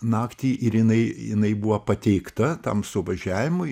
naktį ir jinai jinai buvo pateikta tam suvažiavimui